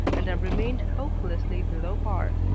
and have remained hopelessly below par.